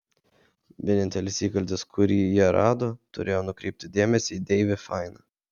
vienintelis įkaltis kurį jie rado turėjo nukreipti dėmesį į deivį fainą